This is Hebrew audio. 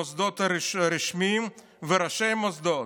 המוסדות הרשמיים וראשי המוסדות,